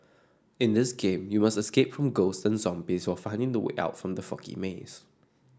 in this game you must escape from ghosts and zombies while finding the way out from the foggy maze